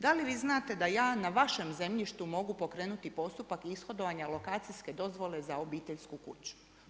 Da li vi znate da ja na vašem zemljištu mogu pokrenuti postupak ishodovanja lokacijske dozvole za obiteljsku kuću?